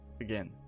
Again